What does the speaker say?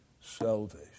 salvation